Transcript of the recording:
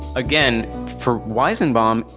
again for weizenbaum,